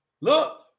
look